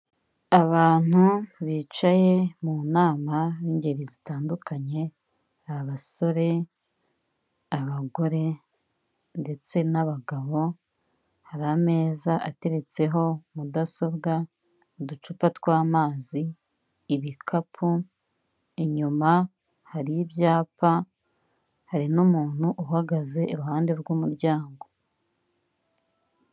Abantu bicaye mu nama b'ingeri zitandukanye; abasore, abagore ndetse n'abagabo, hari ameza ateretseho mudasobwa, uducupa tw'amazi, ibikapu, inyuma hari ibyapa, hari n'umuntu uhagaze iruhande rw'umuryango.